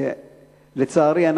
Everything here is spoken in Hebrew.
לצערי,